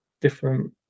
different